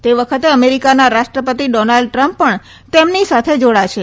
તે વખતે અમેરીકાના રાષ્ટ્રપતિ ડોનાલ્ડ ટ્રમ્પ પણ તેમની સાથે જાડાશે